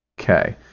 Okay